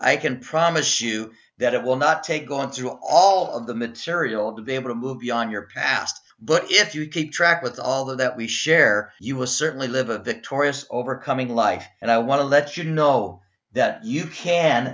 i can promise you that it will not take going through all of the material to be able to move beyond your past but if you keep track with all that we share you will certainly live a victorious overcoming life and i want to let you know that you can